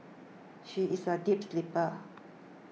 she is a deep sleeper